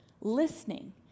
listening